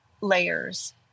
layers